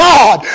God